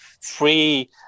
free